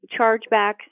chargebacks